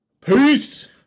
peace